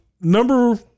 number